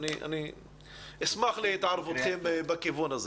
אשמח להתערבותכם בכיוון הזה.